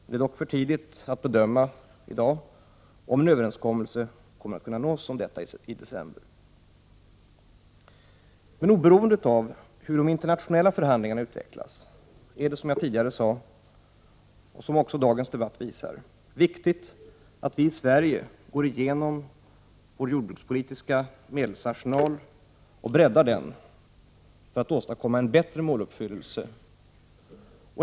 Det är dock för tidigt att i dag bedöma om en överenskommelse om detta kommer att kunna nås i december. Oberoende av hur de internationella förhandlingarna utvecklas är det — som jag tidigare sade och som också dagens debatt visar — viktigt att vi i Sverige går igenom vår jordbrukspolitiska medelsarsenal och breddar den för att åstadkomma en bättre måluppfyllelse.